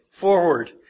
forward